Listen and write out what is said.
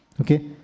Okay